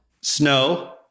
Snow